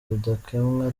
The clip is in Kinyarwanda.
rudakemwa